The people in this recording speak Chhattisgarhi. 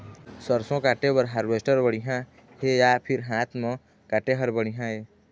सरसों काटे बर हारवेस्टर बढ़िया हे या फिर हाथ म काटे हर बढ़िया ये?